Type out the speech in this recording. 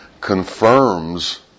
confirms